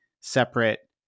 separate